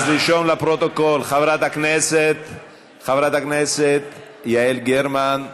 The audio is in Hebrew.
אז לרשום לפרוטוקול, חברת הכנסת יעל גרמן,